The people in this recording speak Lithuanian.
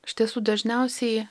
iš tiesų dažniausiai